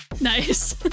Nice